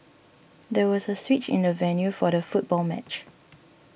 there was a switch in the venue for the football match